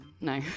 No